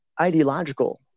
ideological